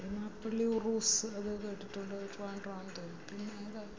ഭീമാപള്ളി റൂസ് അതേ കേട്ടിട്ടുള്ളു ട്രിവാൻഡ്രമാണ് തോന്നുന്നു പിന്നേതാണ്